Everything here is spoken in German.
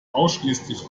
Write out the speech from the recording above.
ausschließlich